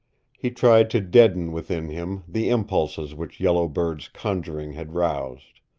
he tried to deaden within him the impulses which yellow bird's conjuring had roused.